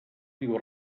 diu